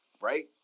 right